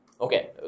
Okay